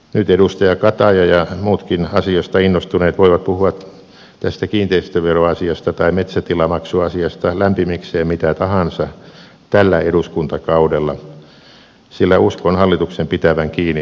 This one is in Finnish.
nyt edustaja kataja ja muutkin asiasta innostuneet voivat puhua tästä kiinteistöveroasiasta tai metsätilamaksuasiasta lämpimikseen mitä tahansa tällä eduskuntakaudella sillä uskon hallituksen pitävän kiinni ohjelmastaan